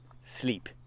sleep